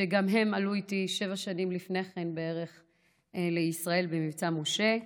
שגם הן עלו איתי בערך שבע שנים לפני כן לישראל במבצע משה,